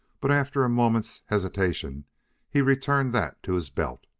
but after a moment's hesitation he returned that to his belt.